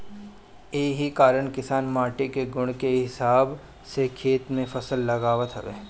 एही कारण किसान माटी के गुण के हिसाब से खेत में फसल लगावत हवे